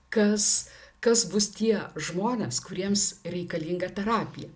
kas kas bus tie žmonės kuriems reikalinga terapija